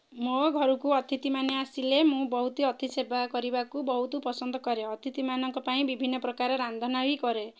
ମୋ ଘରକୁ ଅତିଥିମାନେ ଆସିଲେ ମୁଁ ବହୁତ ଅତିଥି ସେବା କରିବାକୁ ବହୁତ ପସନ୍ଦ କରେ ଅତିଥିମାନଙ୍କ ପାଇଁ ବିଭିନ୍ନପ୍ରକାର ରାନ୍ଧନା ବି କରେ